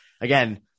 again